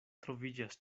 troviĝas